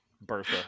Bertha